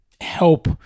help